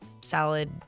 salad